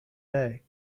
day